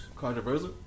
Controversial